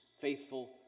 faithful